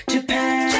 Japan